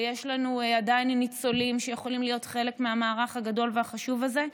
ויש לנו עדיין ניצולים שיכולים להיות חלק מהמערך הגדול והחשוב הזה.